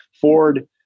Ford